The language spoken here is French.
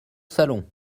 salon